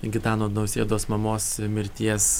gitano nausėdos mamos mirties